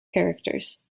characters